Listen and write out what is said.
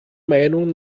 meinung